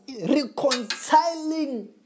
reconciling